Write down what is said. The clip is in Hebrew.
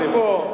יפו.